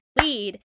lead